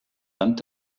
land